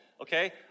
Okay